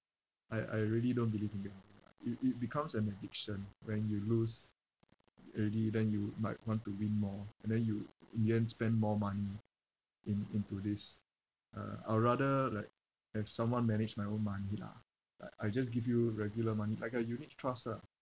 I I really don't believe in it lah it it becomes an addiction when you lose already then you might want to win more and then you in the end spend more money in~ into this uh I would rather like have someone manage my own money lah like I just give you regular money like a unit trust lah